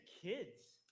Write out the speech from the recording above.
kids